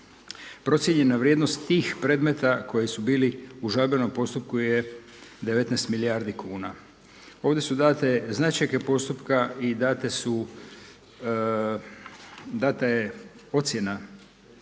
Procijenjena vrijednost tih predmeta koji su bili u žalbenom postupku je 19 milijardi kuna. Ovdje su date značajke postupka i dana je ocjena